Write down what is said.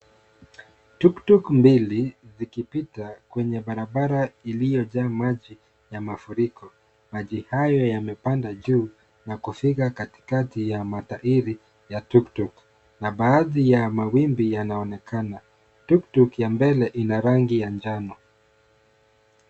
Tuktuk mbili zikipita kwenye barabara iliyojaa maji ya mafuriko. Maji hayo yamepanda juu na kufika katikati ya matairi ya tuktuk na baadhi ya mawimbi yanaonekana. Tuktuk ya mbele ina rangi ya njano.